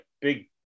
big